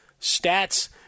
Stats